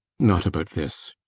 not about this.